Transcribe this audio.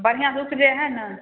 बढ़िआँसँ उपजै हइ ने